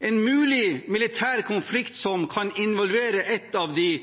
En mulig militær konflikt som kan involvere et av de